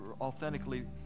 authentically